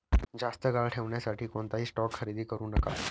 जास्त काळ ठेवण्यासाठी कोणताही स्टॉक खरेदी करू नका